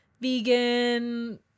vegan